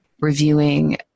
reviewing